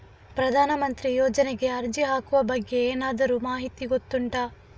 ಪ್ರಧಾನ ಮಂತ್ರಿ ಯೋಜನೆಗೆ ಅರ್ಜಿ ಹಾಕುವ ಬಗ್ಗೆ ಏನಾದರೂ ಮಾಹಿತಿ ಗೊತ್ತುಂಟ?